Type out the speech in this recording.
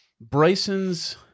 Bryson's